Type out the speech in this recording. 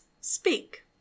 Speak